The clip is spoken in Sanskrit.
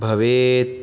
भवेत्